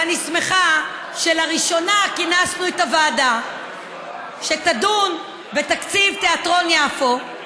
ואני שמחה שלראשונה כינסנו את הוועדה שתדון בתקציב תיאטרון יפו,